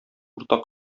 уртак